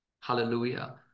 Hallelujah